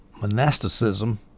monasticism